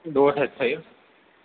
દોઢ જ થયો